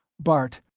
bart,